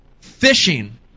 fishing